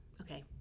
Okay